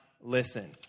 listen